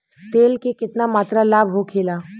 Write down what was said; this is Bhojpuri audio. तेल के केतना मात्रा लाभ होखेला?